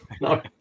no